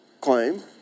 claim